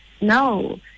No